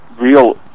real